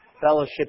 Fellowship